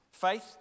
Faith